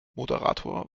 moderator